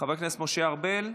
חבר הכנסת משה ארבל,